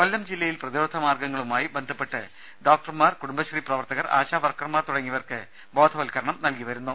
കൊല്ലം ജില്ലയിൽ പ്രതിരോധ മാർഗ്ഗങ്ങളുമായി ബന്ധപ്പെട്ട് ഡോക്ടർമാർ കുടുംബശ്രീ പ്രവർത്തകർ ആശാ വർക്കർമാർ തുടങ്ങിയവർക്ക് ബോധ വത്കരണം നൽകി വരുന്നു